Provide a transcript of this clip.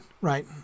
Right